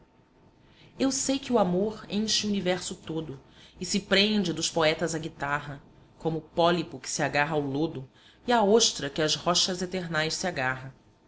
eu sei que o amor enche o universo todo e se prende dos poetas à guitarra como o pólipo que se agarra ao lodo e a ostra que às rochas eternais se agarra